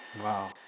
Wow